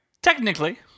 Technically